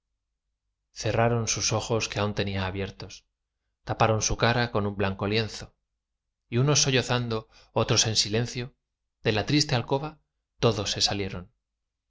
cerraron sus ojos que aún tenía abiertos taparon su cara con un blanco lienzo y unos sollozando otros en silencio de la triste alcoba todos se salieron